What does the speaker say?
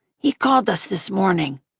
he called us this morning.